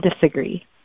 disagree